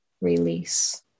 release